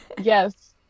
Yes